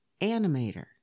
animator